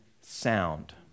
sound